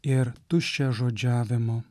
ir tuščiažodžiavimo